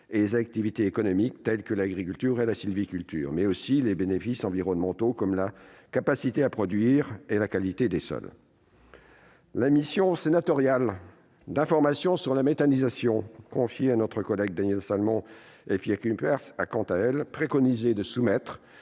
et les activités économiques, telles que l'agriculture et la sylviculture, mais aussi les bénéfices environnementaux, comme la capacité à produire et la qualité des sols. La mission sénatoriale d'information sur la méthanisation, confiée à nos collègues Daniel Salmon et Pierre Cuypers, a préconisé de soumettre